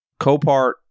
Copart